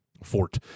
Fort